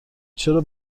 چرا